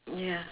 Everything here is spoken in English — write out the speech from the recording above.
ya